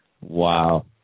Wow